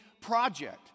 project